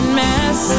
mess